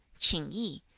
qing yi.